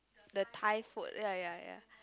the Thai food ya ya ya